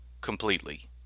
completely